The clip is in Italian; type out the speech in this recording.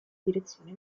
direzione